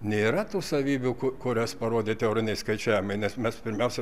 nėra tų savybių kurias parodė teoriniai skaičiavimai nes mes pirmiausia